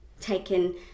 taken